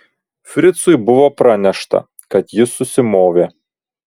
fricui buvo pranešta kad jis susimovė